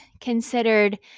considered